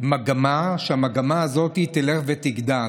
מגמה שתלך ותגדל.